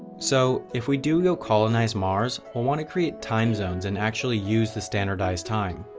so, if we do go colonize mars, we'll want to create time zones and actually use the standardized time.